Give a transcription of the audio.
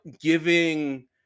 giving